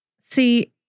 See